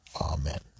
Amen